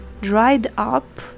dried-up